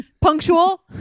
Punctual